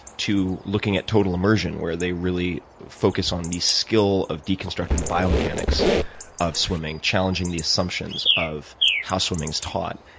to looking at total immersion, where they really focus on the skill of deconstructing the biomechanics of swimming, challenging the assumptions of how swimming's taught.